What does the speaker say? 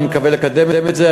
אני מקווה לקדם את זה,